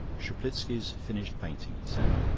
tschuplitski's finished painting, he said.